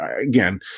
again